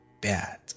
bad